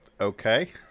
okay